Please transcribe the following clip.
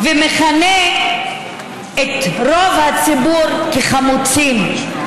ומכנה את רוב הציבור "חמוצים",